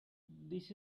this